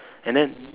and then